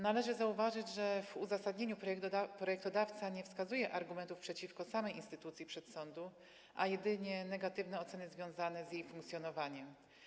Należy zauważyć, że w uzasadnieniu projektodawca nie wskazuje argumentów przeciwko samej instytucji przedsądu, a jedynie negatywne oceny związane z jej funkcjonowaniem.